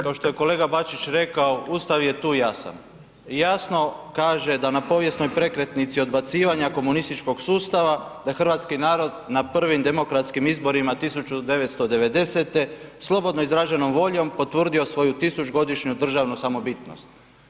Kao što je kolega Bačić rekao, Ustav je tu jasan i jasno kaže da na povijesnoj prekretnici odbacivanja komunističkog sustava, da je hrvatski narod na prvim demokratskim izborima 1990., slobodno izraženom voljom potvrdio svoju tisućgodišnju državnu samobitnost.